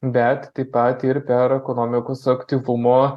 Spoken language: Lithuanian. bet taip pat ir per ekonomikos aktyvumo